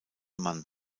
mann